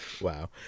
Wow